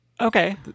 Okay